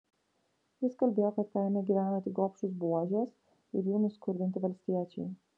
jis kalbėjo kad kaime gyvena tik gobšūs buožės ir jų nuskurdinti valstiečiai